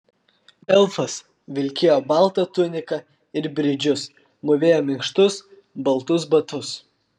elfas vilkėjo baltą tuniką ir bridžus mūvėjo minkštus baltus batus